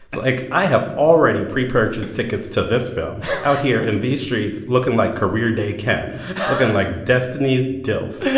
like, i have already prepurchased tickets to this film out here in these streets looking like career day ken. looking like destiny's dilf yeah